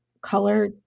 color